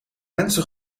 mensen